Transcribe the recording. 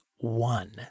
One